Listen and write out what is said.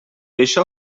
això